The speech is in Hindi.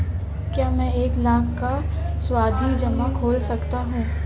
क्या मैं एक लाख का सावधि जमा खोल सकता हूँ?